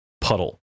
puddle